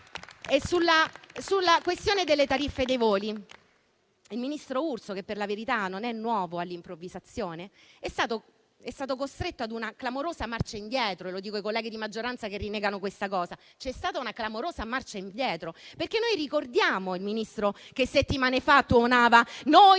Sulla questione delle tariffe dei voli, il ministro Urso, che per la verità non è nuovo all'improvvisazione, è stato costretto a una clamorosa marcia indietro: lo dico ai colleghi di maggioranza che negano questa evidenza. C'è stata una clamorosa marcia indietro, perché ricordiamo quando il Ministro settimane fa tuonava che non